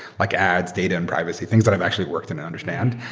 like ads, data and privacy, things that i've actually worked and understand.